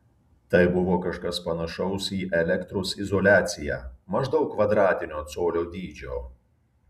tai buvo kažkas panašaus į elektros izoliaciją maždaug kvadratinio colio dydžio